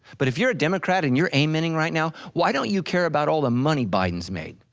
but if you're a democrat and you're aiming right now, why don't you care about all the money biden's made?